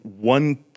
one